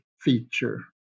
feature